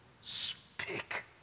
speak